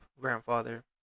grandfather